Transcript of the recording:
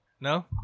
No